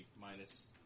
minus